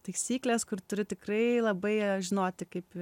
taisyklės kur turi tikrai labai žinoti kaip